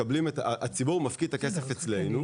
הציבור מפקיד את הכסף אצלנו,